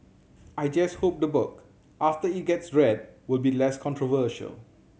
I just hope the book after it gets read will be less controversial